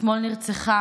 אתמול נרצחה